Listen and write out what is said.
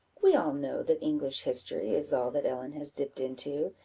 we all know that english history is all that ellen has dipped into,